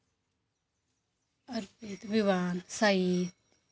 Arpit Vivaan Sai